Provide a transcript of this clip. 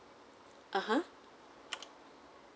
(uh huh)